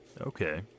Okay